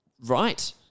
Right